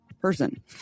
person